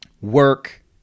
work